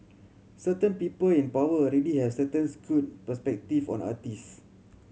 certain people in power already have a certain skewed perspective on artist